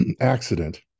accident